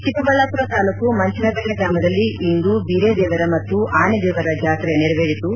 ಚಿಕ್ಕಬಳ್ಳಾಪುರ ತಾಲೂಕು ಮಂಚನಬೆಲೆ ಗ್ರಾಮದಲ್ಲಿ ಇಂದು ಬಿರೇದೇವರ ಮತ್ತು ಆನೇ ದೇವರ ಜಾತ್ರೆ ನೆರವೇರಿತು